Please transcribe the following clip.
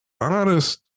honest